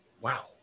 wow